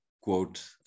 quote